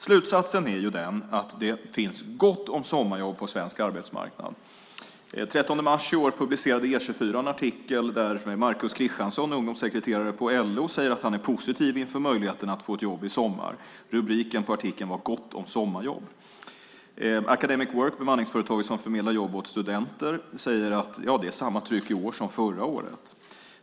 Slutsatsen är den att det finns gott om sommarjobb på svensk arbetsmarknad. Den 13 mars i år publicerade E 24 en artikel där Markus Kristiansson, ungdomssekreterare på LO, säger att han är positiv inför möjligheten att få ett jobb i sommar. Rubriken på artikeln var "Gott om sommarjobb". Academic Work, bemanningsföretaget som förmedlar jobb åt studenter, säger att det är samma tryck i år som förra året.